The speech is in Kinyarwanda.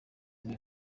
huye